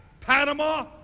Panama